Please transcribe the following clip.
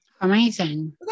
Amazing